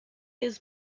his